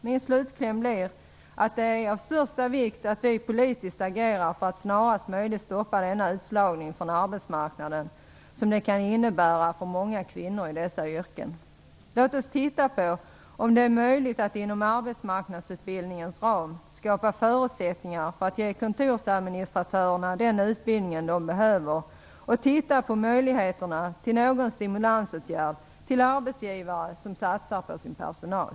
Min slutkläm blir att det är av största vikt att vi politiskt agerar för att snarast möjligt stoppa den utslagning från arbetsmarknaden som utvecklingen kan innebära för många kvinnor i dessa yrken. Låt oss utreda om det är möjligt att inom arbetsmarknadsutbildningens ram skapa förutsättningar för att ge kontorsadministratörerna den utbildning de behöver, och undersöka möjligheterna till någon stimulansåtgärd för arbetsgivare som satsar på sin personal.